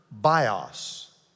bios